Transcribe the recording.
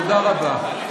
תודה רבה.